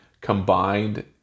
combined